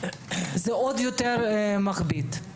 זה עוד יותר מכביד.